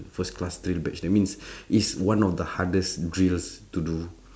first class drill badge that means it's one of the hardest drills to do